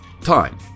Time